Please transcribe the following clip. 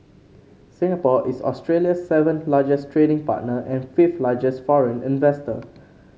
Singapore is Australia's seventh largest trading partner and fifth largest foreign investor